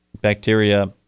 bacteria